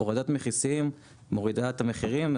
הורדת מכסים מורידה את המחירים.